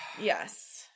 Yes